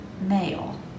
male